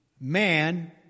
man